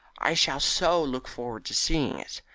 i shall so look forward to seeing it,